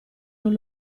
non